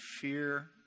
fear